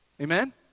Amen